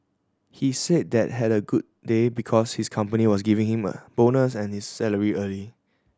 he said that had a good day because his company was giving him a bonus and his salary early